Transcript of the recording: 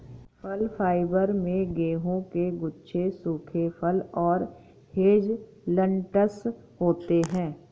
फल फाइबर में गेहूं के गुच्छे सूखे फल और हेज़लनट्स होते हैं